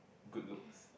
good looks